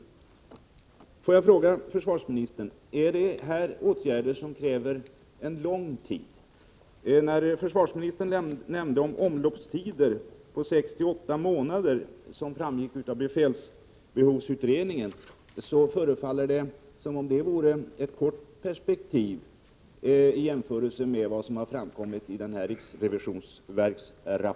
Får jag fråga försvarsministern: Är detta åtgärder som kräver lång tid? När försvarsministern nämnde omloppstider på 6-8 månader, som framgick av befälsbehovsutredningen, förefaller det vara ett kort perspektiv i jämförelse med vad som har framkommit i rapporten från riksrevisionsverket.